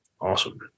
Awesome